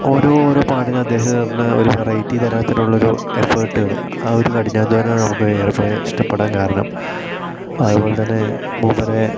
ഓരോ ഓരോ പാട്ടിന് അദ്ദേഹം തരുന്ന ഒരു വെറൈറ്റി തരത്തിലുള്ളൊരു എഫേർട്ടുകൾ ആ ഒരു കഠിനാധ്വാനം നമുക്ക് ഏറെക്കുറേ ഇഷ്ടപ്പെടാൻ കാരണം അതുപോലെതന്നെ മൂപ്പരെ